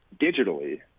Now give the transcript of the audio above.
digitally